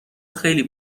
خیلی